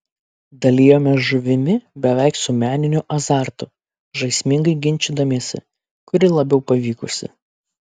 dalijomės žuvimi beveik su meniniu azartu žaismingai ginčydamiesi kuri labiau pavykusi